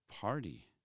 party